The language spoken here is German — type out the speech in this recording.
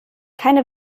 keine